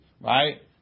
Right